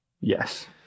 yes